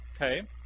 okay